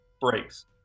breaks